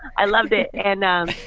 i loved it! and